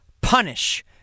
punish